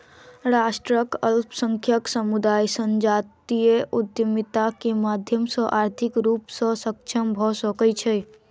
राष्ट्रक अल्पसंख्यक समुदाय संजातीय उद्यमिता के माध्यम सॅ आर्थिक रूप सॅ सक्षम भ सकै छै